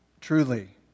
truly